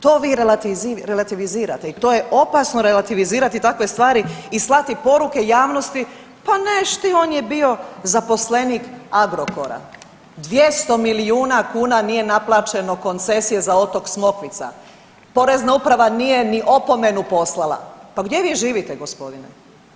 To vi relativizirate i to je opasno relativizirati takve stvari i slati poruke javnosti pa neš ti on je bio zaposlenik Agrokora, 200 milijuna kuna nije naplaćeno koncesije za otok Smokvica, porezna uprava nije ni opomenu poslala, pa gdje vi živite gospodine?